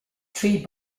three